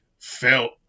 felt